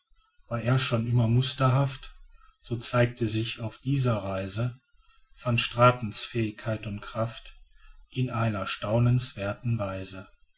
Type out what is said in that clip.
war er schon immer musterhaft so zeigte sich auf dieser reise van stratens fähigkeit und kraft in einer staunenswerten weise